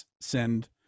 send